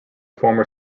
former